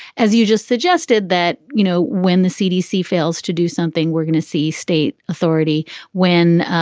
as you just suggested, that, you know, when the cdc fails to do something, we're gonna see state authority when